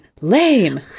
lame